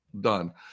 done